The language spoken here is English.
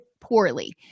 poorly